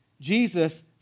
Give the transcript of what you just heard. Jesus